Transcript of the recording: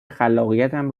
خلاقیتم